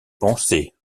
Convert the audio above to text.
pensées